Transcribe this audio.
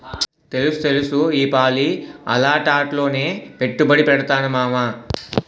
తెలుస్తెలుసు ఈపాలి అలాటాట్లోనే పెట్టుబడి పెడతాను మావా